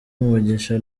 umugisha